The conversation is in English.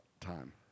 time